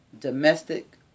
Domestic